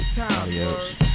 Adios